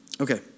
Okay